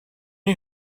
you